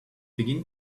begin